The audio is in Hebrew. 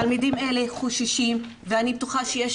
תלמידים אלה חוששים ואני בטוחה שיש